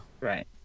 Right